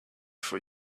for